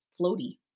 floaty